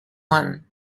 one